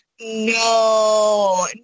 No